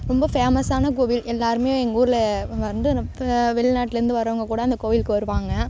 ரொம்ப ஃபேமஸான கோவில் எல்லோருமே எங்கள் ஊரில் வந்து இப்போ வெளிநாட்டிலேருந்து வரவங்க கூட அந்த கோவிலுக்கு வருவாங்க